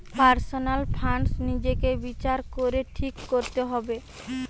personal finance নিজেকে বিচার করে ঠিক কোরতে হবে